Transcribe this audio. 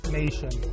nation